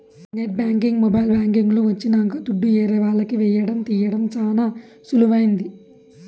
net banking mobile banking లు వచ్చినంక దుడ్డు ఏరే వాళ్లకి ఏయడం తీయడం చానా సులువైంది